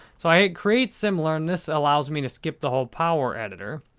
so, i hit create similar and this allows me to skip the whole power editor.